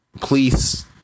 please